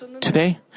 today